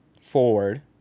forward